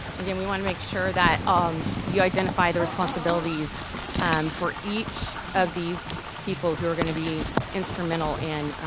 again, we wanna make sure that um you identify the responsibilities for each of these people who are gonna be instrumental in